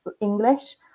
English